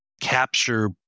capture